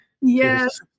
yes